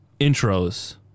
intros